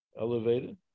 elevated